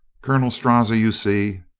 colonel strozzi, you see,